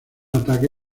ataque